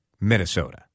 Minnesota